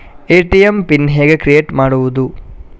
ATM pin ಹೇಗೆ create ಮಾಡುವುದು?